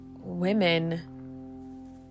women